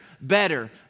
better